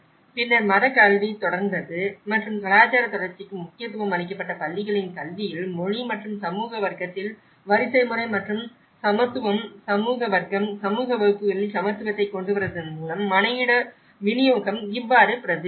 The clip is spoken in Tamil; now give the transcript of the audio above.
பின்னர் மதக் கல்வி தொடர்ந்தது மற்றும் கலாச்சார தொடர்ச்சிக்கு முக்கியத்துவம் அளிக்கப்பட்ட பள்ளிகளின் கல்வியில் மொழி மற்றும் சமூக வர்க்கத்தில் வரிசைமுறை மற்றும் சமத்துவம் சமூக வர்க்கம் சமூக வகுப்புகளில் சமத்துவத்தை கொண்டு வருவதன் மூலம் மனையிட விநியோகம் இவ்வாறு பிரதிபலிக்கிறது